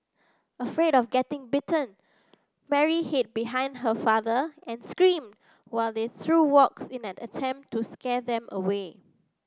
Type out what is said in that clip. afraid of getting bitten Mary hid behind her father and screamed while they threw rocks in an attempt to scare them away